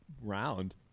round